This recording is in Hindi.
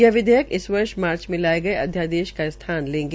यह विधेयक इस वर्ष मार्च में लाये गये अध्यादेश का स्थान लेगा